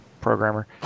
programmer